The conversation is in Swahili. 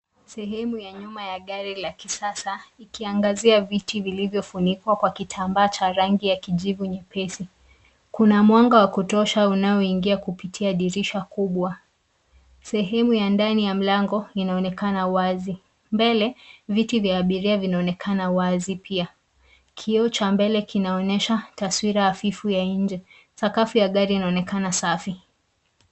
Sehemu ya nyuma ya gari la kisasa ikiangazia viti vilivyofunikwa kwa kitambaa cha rangi ya kijivu nyepesi. Kuna mwanga wa kutosha unaingia kupitia dirisha kubwa. Sehemu ya ndani ya mlango inaonekana wazi. Mbele, viti vya abiria vinaonekana wazi pia. Kioo cha mbele kinaonyesha taswira hafifu ya nje. Sakafu ya gari inaonekana safi.